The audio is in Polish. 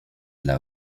dla